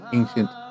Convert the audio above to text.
ancient